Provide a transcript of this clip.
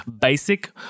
basic